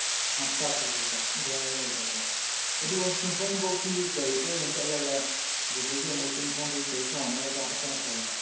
ꯑ ꯏꯁꯇꯥꯔꯠ ꯇꯧꯕꯗꯣ ꯌꯥꯏꯌꯦ ꯑꯗꯨꯗ ꯑꯗꯨ ꯆꯤꯡꯈꯣꯡꯐꯥꯎꯗꯤ ꯒꯥꯔꯤꯗ ꯑꯣꯏꯅ ꯆꯠꯂꯒ ꯑꯗꯨꯗꯒꯤ ꯑꯃꯨꯛ ꯆꯤꯡꯈꯣꯡꯗꯒꯤ ꯒꯥꯔꯤ ꯈꯥꯝꯃꯝꯃ ꯀꯥꯈꯠꯄꯅ ꯐꯔꯣꯏꯗ꯭ꯔ